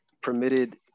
permitted